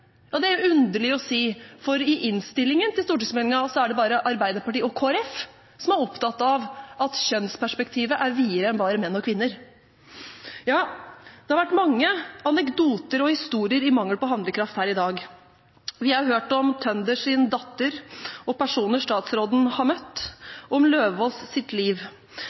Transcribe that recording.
Det er underlig å si, for i innstillingen til stortingsmeldingen er det bare Arbeiderpartiet og Kristelig Folkeparti som er opptatt av at kjønnsperspektivet er videre enn bare menn og kvinner. Det har vært mange anekdoter og historier i mangel på handlekraft her i dag. Vi har hørt om Tønders datter og personer statsråden har møtt, og om Eidem Løvaas’ liv.